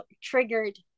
triggered